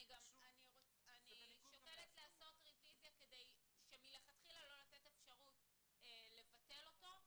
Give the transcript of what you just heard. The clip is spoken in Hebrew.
אני שוקלת לעשות רביזיה כדי שמלכתחילה לא תהיה אפשרות לבטל אותו.